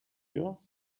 you